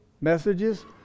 messages